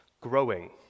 growing